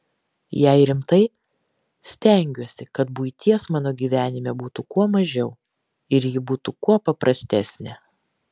jei rimtai stengiuosi kad buities mano gyvenime būtų kuo mažiau ir ji būtų kuo paprastesnė